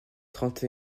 trente